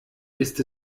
ist